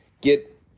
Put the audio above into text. get